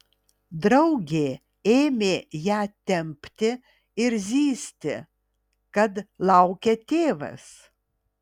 draugė ėmė ją tempti ir zyzti kad laukia tėvas